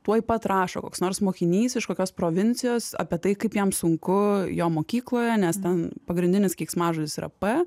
tuoj pat rašo koks nors mokinys iš kokios provincijos apie tai kaip jam sunku jo mokykloje nes ten pagrindinis keiksmažodis yra p